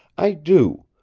i do.